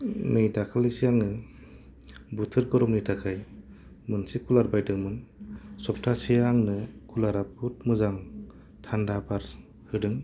नै दाखालैसो आङो बोथोर गरमनि थाखाय मोनसे खुलार बायदोंमोन सबथासेया आंनो खुलारा बहुथ मोजां थान्दा बार होदों